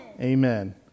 Amen